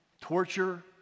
torture